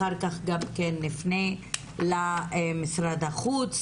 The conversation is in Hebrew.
אחר-כך נפנה למשרד החוץ,